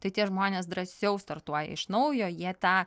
tai tie žmonės drąsiau startuoja iš naujo jie tą